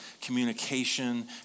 communication